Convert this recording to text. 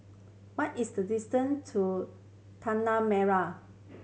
what is the distance to Tanah Merah